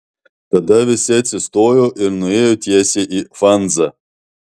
tada visi atsistojo ir nuėjo tiesiai į fanzą